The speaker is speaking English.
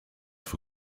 for